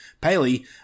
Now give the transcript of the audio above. Paley